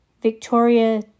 Victoria